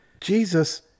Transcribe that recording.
Jesus